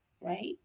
right